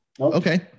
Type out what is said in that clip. Okay